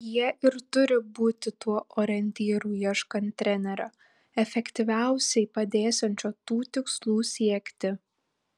jie ir turi būti tuo orientyru ieškant trenerio efektyviausiai padėsiančio tų tikslų siekti